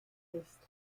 ist